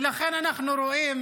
ולכן אנחנו רואים: